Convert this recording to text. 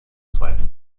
zweiten